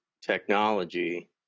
technology